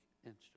instrument